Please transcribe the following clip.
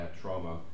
trauma